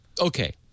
Okay